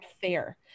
fair